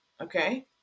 Okay